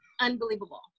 unbelievable